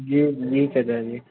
जी जी चचाजी